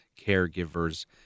caregivers